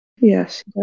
Yes